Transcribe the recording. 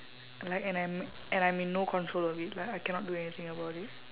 like and I'm and I'm in no control of it like I cannot do anything about it